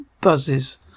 buzzes